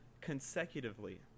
consecutively